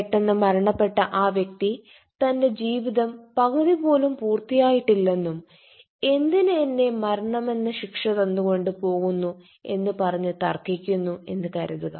പെട്ടെന്ന് മരണപ്പെട്ട ആ വ്യക്തി തന്റെ ജീവിതം പകുതി പോലും പൂർത്തിയായിട്ടില്ലെന്നും എന്തിനു എന്നെ മരണമെന്ന ശിക്ഷ തന്നു കൊണ്ട് പോകുന്നു എന്ന് പറഞ്ഞു തർക്കിക്കുന്നു എന്ന് കരുതുക